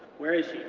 where is she?